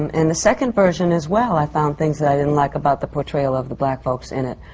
um and the second version as well, i found things that i didn't like about the portrayal of the black folks in it.